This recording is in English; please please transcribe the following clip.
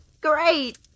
Great